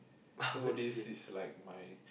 so this is like my